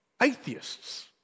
Atheists